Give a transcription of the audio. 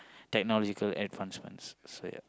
technological advancements so ya